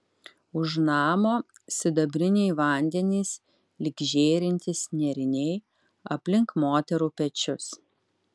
už namo sidabriniai vandenys lyg žėrintys nėriniai aplink moterų pečius